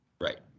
Right